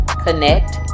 connect